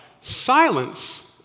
silence